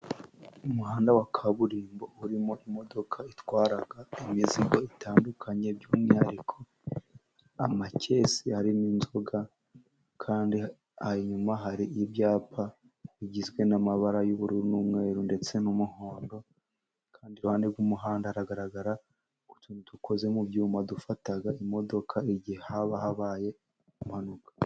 Umuhanda wa kaburimbo urimo imodoka itwara imizigo itandukanye, by'umwihariko amakese arimo inzoga, kandi aha inyuma hari ibyapa bigizwe n'amabara y'ubururu n'umweru ndetse n'umuhondo, kandi iruhande rw'umuhanda haragaragara utuntu dukoze mu byuma dufata imodoka igihe haba habaye impanuka.